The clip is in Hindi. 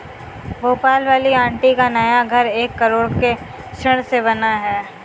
भोपाल वाली आंटी का नया घर एक करोड़ के ऋण से बना है